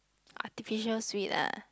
artificial sweet ah